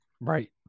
Right